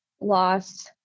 loss